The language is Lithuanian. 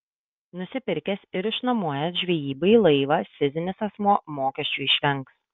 nusipirkęs ir išnuomojęs žvejybai laivą fizinis asmuo mokesčių išvengs